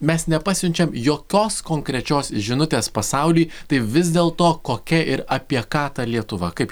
mes nepasiunčiam jokios konkrečios žinutės pasauliui tai vis dėlto kokia ir apie ką ta lietuva kaip